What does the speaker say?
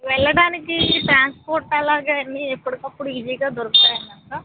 వెళ్ళడానికి ట్రాన్స్పోర్ట్ ఎలాగ అన్నీ ఎప్పటికప్పుడు ఈజీగా దొరుకుతాయ అదంత